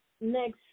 next